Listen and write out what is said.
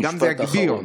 משפט אחרון.